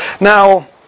Now